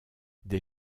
des